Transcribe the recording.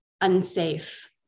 unsafe